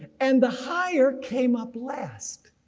and the higher came up last.